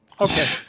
Okay